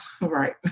right